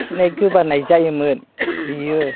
खिनाय गोबानाय जायोमोन बियो